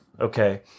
Okay